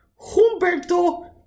Humberto